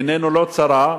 עיננו לא צרה,